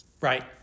Right